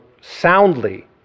soundly